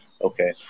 Okay